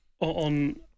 on